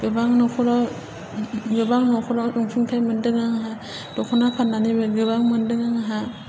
गोबां नखराव गोबां नखराव अनसुंथाइ मोन्दों आंहा दख'ना फान्नानैबो गोबां मोन्दों आंहा